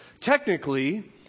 Technically